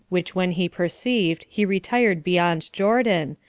which when he perceived, he retired beyond jordan,